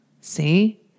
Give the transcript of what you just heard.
See